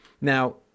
Now